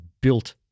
built